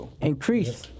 increase